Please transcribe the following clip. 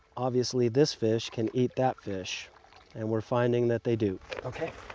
obviously this fish can eat that fish and we are finding that they do! okay.